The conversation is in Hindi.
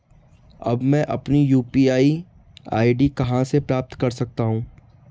अब मैं अपनी यू.पी.आई आई.डी कहां से प्राप्त कर सकता हूं?